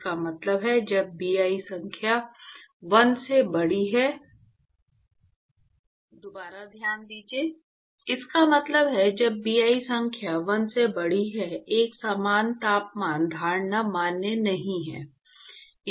इसका मतलब है जब Bi संख्या 1 से बड़ी है एक समान तापमान धारणा मान्य नहीं है